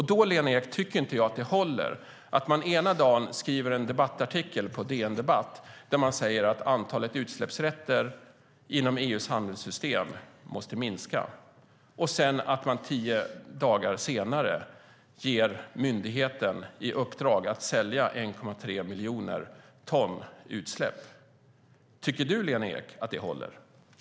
Då, Lena Ek, tycker jag inte att det håller att man ena dagen skriver en debattartikel på DN Debatt där man säger att antalet utsläppsrätter i EU:s handelssystem måste minska samtidigt som man tio dagar senare ger myndigheten i uppdrag att sälja 1,3 miljoner ton utsläpp. Tycker du att det håller, Lena Ek?